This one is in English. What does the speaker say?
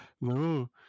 no